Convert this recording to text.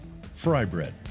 Frybread